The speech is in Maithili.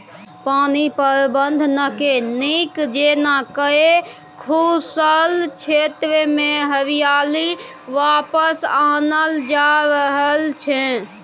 पानि प्रबंधनकेँ नीक जेना कए सूखल क्षेत्रमे हरियाली वापस आनल जा रहल छै